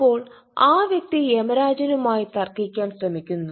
അപ്പോൾ ആ വ്യക്തി യമരാജുമായി തർക്കിക്കാൻ ശ്രമിക്കുന്നു